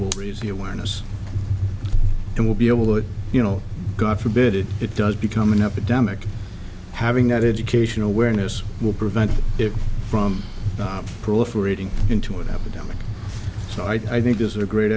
will raise the awareness and we'll be able to you know god forbid if it does become an epidemic having that education awareness will prevent it from proliferating into an epidemic so i think is a great